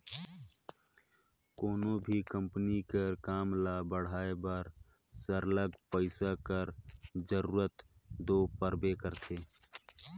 कोनो भी कंपनी कर काम ल बढ़ाए बर सरलग पइसा कर जरूरत दो परबे करथे